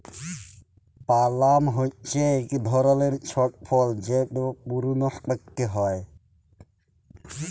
পালাম হছে ইক ধরলের ছট ফল যেট পূরুনস পাক্যে হয়